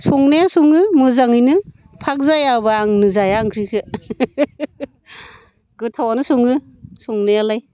संनाया सङो मोजाङैनो फाग जायाबा आंनो जाया ओंख्रिखौ गोथावानो सङो संनायालाय